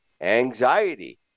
Anxiety